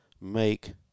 make